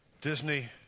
Disney